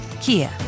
Kia